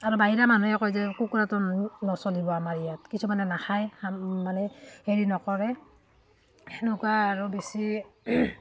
আৰু বাহিৰা মানুহে কয় যে কুকুৰাটো নচলিব আমাৰ ইয়াত কিছুমানে নাখায় মানে হেৰি নকৰে সেনেকুৱা আৰু বেছি